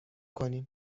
کنیم